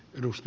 kiitos